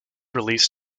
released